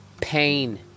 Pain